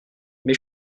mes